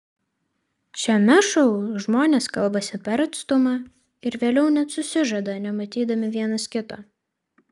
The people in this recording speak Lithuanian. šiame šou žmonės kalbasi per atstumą ir vėliau net susižada nematydami vienas kito